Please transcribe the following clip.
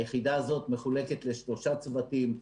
היחידה הזאת מחולקת לשלושה צוותים,